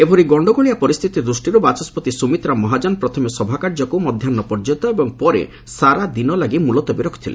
ଏଭଳି ଗଣ୍ଡଗୋଳିଆ ପରିସ୍ଥିତି ଦୃଷ୍ଟିରୁ ବାଚସ୍କତି ସୁମିତ୍ରା ମହାଜନ ପ୍ରଥମେ ସଭାକାର୍ଯ୍ୟକୁ ମଧ୍ୟାହ୍ନ ପର୍ଯ୍ୟନ୍ତ ଓ ପରେ ସାରାଦିନ ପାଇଁ ମୁଲତବୀ ରଖିଛନ୍ତି